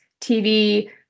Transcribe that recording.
TV